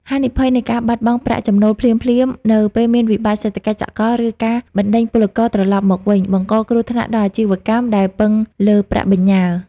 ហានិភ័យនៃការបាត់បង់ប្រាក់ចំណូលភ្លាមៗ នៅពេលមានវិបត្តិសេដ្ឋកិច្ចសកល ឬការបណ្ដេញពលករត្រឡប់មកវិញ បង្កគ្រោះថ្នាក់ដល់អាជីវកម្មដែលពឹងលើប្រាក់បញ្ញើ។